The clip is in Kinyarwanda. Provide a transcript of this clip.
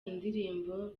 indirimbo